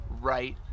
right